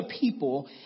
people